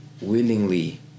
willingly